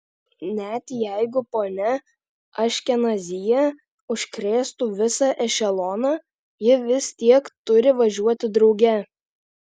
net jeigu ponia aškenazyje užkrėstų visą ešeloną ji vis tiek turi važiuoti drauge